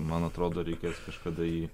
man atrodo reikės kažkada jį